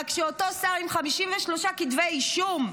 רק שאותו שר עם 53 כתבי אישום,